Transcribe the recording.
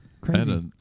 Crazy